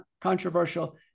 controversial